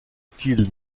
utile